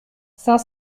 cinq